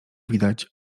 widać